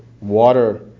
water